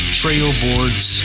trailboards